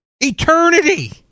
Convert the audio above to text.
Eternity